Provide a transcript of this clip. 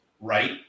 right